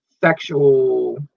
sexual